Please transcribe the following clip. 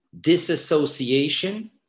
Disassociation